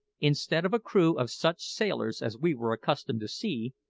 instead of a crew of such sailors as we were accustomed to see,